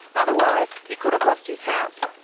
otherwise, he could have lost his house.